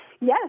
Yes